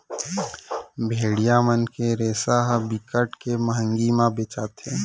भेड़िया मन के रेसा ह बिकट के मंहगी म बेचाथे